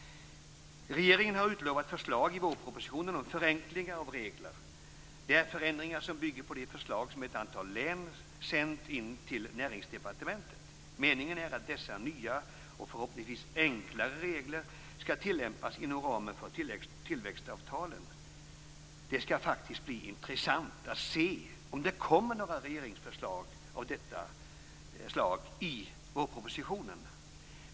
Regeringen har utlovat förslag i vårpropositionen om förenklingar av reglerna. Det är förändringar som bygger på de förslag som ett antal län sänt in till Näringsdepartementet. Meningen är att dessa nya och förhoppningsvis enklare regler skall tillämpas inom ramen för tillväxtavtalen. Det skall faktiskt bli intressant att se om det kommer några regeringsförslag av detta slag i vårpropositionen.